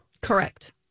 Correct